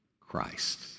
Christ